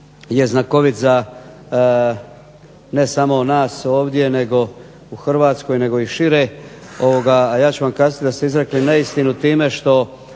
je znakovit ne samo za nas ovdje u Hrvatskoj nego i šire, a ja ću vam kazati da ste izrekli neistinu time što